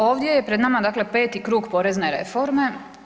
Ovdje je pred nama dakle 5. krug porezne reforme.